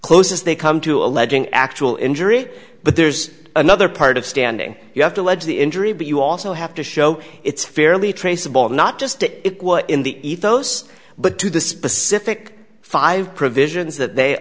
close is they come to alleging actual injury but there's another part of standing you have to allege the injury but you also have to show it's fairly traceable not just to it was in the ethos but to the specific five provisions that they